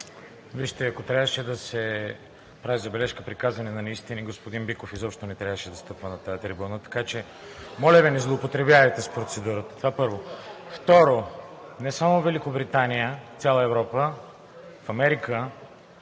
Вижте, ако трябваше да се прави забележка при казване на неистини, господин Биков изобщо не трябваше да стъпва на тази трибуна, така че, моля Ви, не злоупотребявайте с процедурата – това, първо. Второ, не само Великобритания – цяла Европа. В Америка